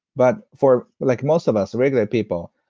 but for like most of us, regular people,